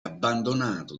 abbandonato